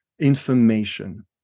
information